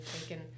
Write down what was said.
taken